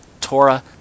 Torah